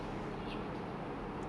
all the fish poop you know